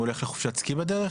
הוא הולך לחופשת סקי בדרך?